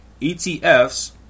ETFs